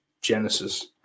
Genesis